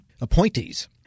appointees